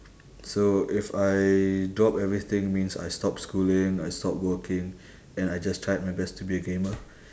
so if I drop everything means I stop schooling I stop working and I just try my best to be a gamer